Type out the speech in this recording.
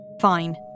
Fine